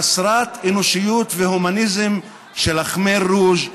חסרת אנושיות והומניזם של הקמר רוז'.